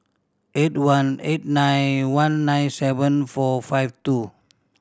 eight one eight nine one nine seven four five two